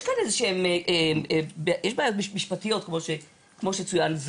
יש כאן בעיות משפטיות כמו שצוין,